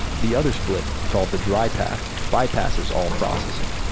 the other split called the dry path bypasses all processing.